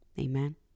amen